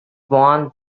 won